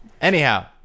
Anyhow